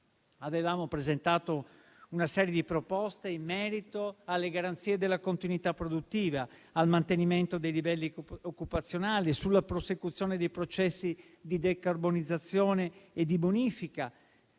Avevamo presentato una serie di proposte in merito alle garanzie della continuità produttiva, al mantenimento dei livelli occupazionali, sulla prosecuzione dei processi di decarbonizzazione e di bonifica,